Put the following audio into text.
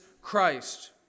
Christ